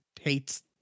hates